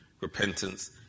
repentance